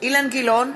אילן גילאון,